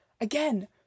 again